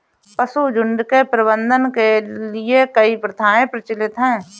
पशुझुण्ड के प्रबंधन के लिए कई प्रथाएं प्रचलित हैं